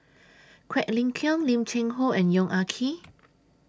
Quek Ling Kiong Lim Cheng Hoe and Yong Ah Kee